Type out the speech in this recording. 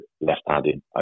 left-handed